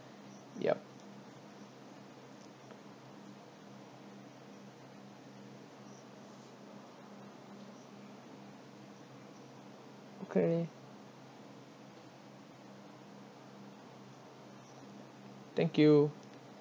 yup okay thank you